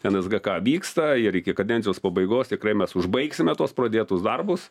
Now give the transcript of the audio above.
nzgk vyksta ir iki kadencijos pabaigos tikrai mes užbaigsime tuos pradėtus darbus